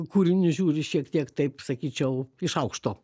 kūrinius žiūri šiek tiek taip sakyčiau iš aukšto